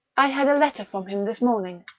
i had a letter from him this morning.